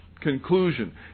conclusion